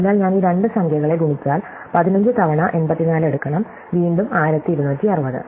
അതിനാൽ ഞാൻ ഈ രണ്ട് സംഖ്യകളെ ഗുണിച്ചാൽ 15 തവണ 84 എടുക്കണം വീണ്ടും 1260